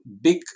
big